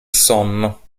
sonno